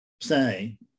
say